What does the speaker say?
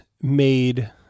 made